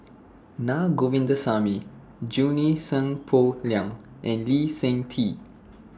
Na Govindasamy Junie Sng Poh Leng and Lee Seng Tee